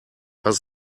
does